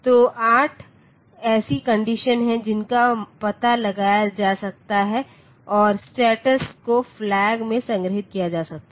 तो 8 ऐसी कंडीशन हैं जिनका पता लगाया जा सकता है और स्टेटस को फ्लैग में संग्रहीत किया जा सकता है